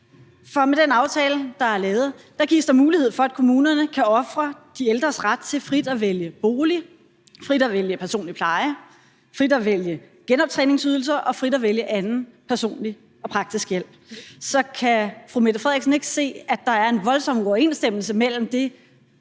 For med den aftale, der er lavet, gives der mulighed for, at kommunerne kan ofre de ældres ret til frit at vælge bolig, frit at vælge personlig pleje, frit at vælge genoptræningsydelser og frit at vælge anden personlig og praktisk hjælp. Så kan fru Mette Frederiksen ikke se, at der er en voldsom uoverensstemmelse mellem det,